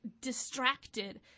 distracted